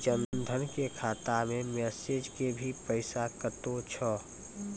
जन धन के खाता मैं मैसेज के भी पैसा कतो छ?